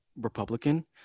republican